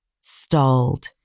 stalled